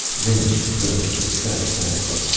then she grunted with satisfaction,